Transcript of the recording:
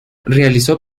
realizó